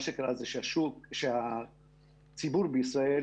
מה שקרה זה שהציבור בישראל,